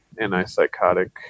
antipsychotic